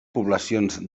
poblacions